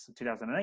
2008